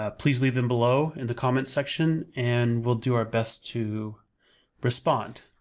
ah please leave them below in the comment section and we'll do our best to respond.